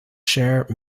share